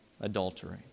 adultery